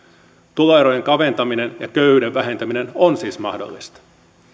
tuloerojen kaventaminen ja köyhyyden vähentäminen on siis mahdollista